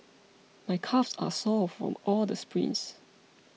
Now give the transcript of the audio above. my calves are sore from all the sprints